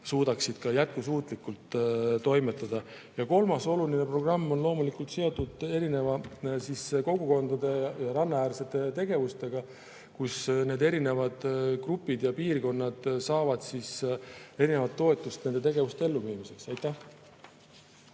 suudaksid jätkusuutlikult toimetada. Ja kolmas oluline [prioriteet] on loomulikult seotud erinevate kogukondade rannaäärsete tegevustega. Erinevad grupid ja piirkonnad saavad erinevat toetust nende tegevuste elluviimiseks. Ivi